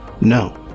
No